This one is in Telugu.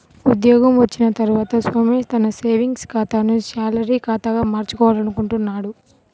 ఉద్యోగం వచ్చిన తర్వాత సోమేష్ తన సేవింగ్స్ ఖాతాను శాలరీ ఖాతాగా మార్చుకోవాలనుకుంటున్నాడు